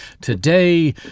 today